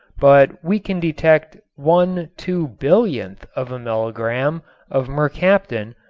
but we can detect one two-billionth of a milligram of mercaptan,